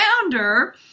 founder